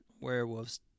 werewolves